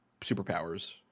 superpowers